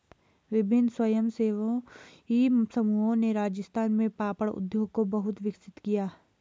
विभिन्न स्वयंसेवी समूहों ने राजस्थान में पापड़ उद्योग को बहुत विकसित किया